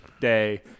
day